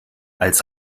als